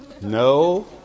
No